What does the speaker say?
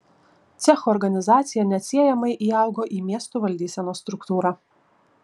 cechų organizacija neatsiejamai įaugo į miestų valdysenos struktūrą